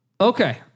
Okay